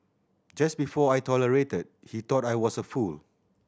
just before I tolerated he thought I was a fool